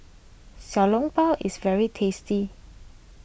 Xiao Long Bao is very tasty